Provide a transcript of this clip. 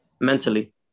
mentally